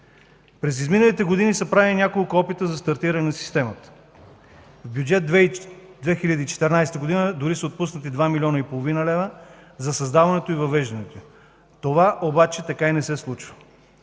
През изминалите години са правени няколко опита за стартиране на системата. В Бюджет 2014 дори са отпуснати 2,5 млн. лв. за създаването и въвеждането й. Това обаче така и не се случва.